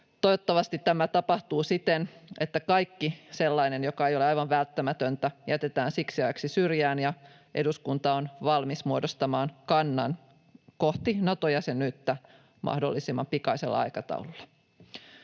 Toivottavasti tämä tapahtuu siten, että kaikki sellainen, joka ei ole aivan välttämätöntä, jätetään siksi ajaksi syrjään ja eduskunta on valmis muodostamaan kannan kohti Nato-jäsenyyttä mahdollisimman pikaisella aikataululla.